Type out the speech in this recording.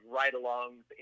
ride-alongs